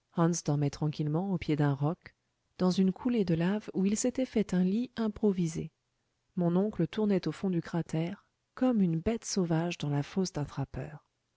dormait tranquillement au pied d'un roc dans une coulée de lave où il s'était fait un lit improvisé mon oncle tournait au fond du cratère comme une bête sauvage dans la fosse d'un trappeur